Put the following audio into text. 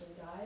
die